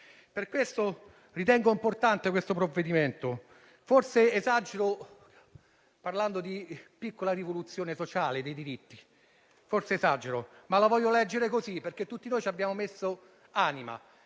Per questo ritengo importante il provvedimento in discussione. Forse esagero parlando di piccola rivoluzione sociale dei diritti, ma la voglio leggere così, perché tutti noi abbiamo messo l'anima